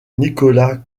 nicolas